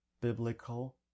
Biblical